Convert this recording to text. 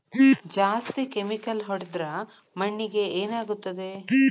ಜಾಸ್ತಿ ಕೆಮಿಕಲ್ ಹೊಡೆದ್ರ ಮಣ್ಣಿಗೆ ಏನಾಗುತ್ತದೆ?